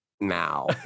now